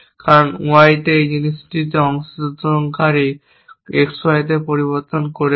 কারণ Y এই জিনিসটিতে অংশগ্রহণকারী কোনো X Y পরিবর্তন করেছে